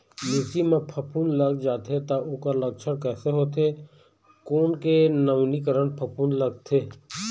मिर्ची मा फफूंद लग जाथे ता ओकर लक्षण कैसे होथे, कोन के नवीनीकरण फफूंद लगथे?